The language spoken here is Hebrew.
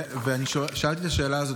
ואני שאלתי את השאלה הזאת,